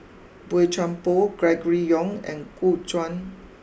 Boey Chuan Poh Gregory Yong and Gu Juan